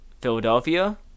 Philadelphia